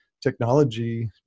technology